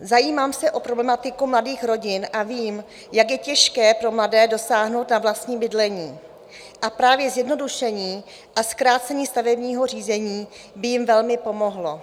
Zajímám se o problematiku mladých rodin a vím, jak je těžké pro mladé dosáhnout na vlastní bydlení, a právě zjednodušení a zkrácení stavebního řízení by jim velmi pomohlo.